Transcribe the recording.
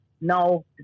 no